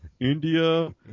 India